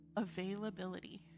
Availability